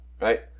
Right